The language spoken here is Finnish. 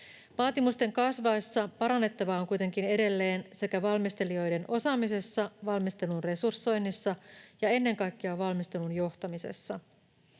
Vaatimusten kasvaessa parannettavaa on kuitenkin edelleen valmistelijoiden osaamisessa, valmistelun resursoinnissa ja ennen kaikkea valmistelun johtamisessa.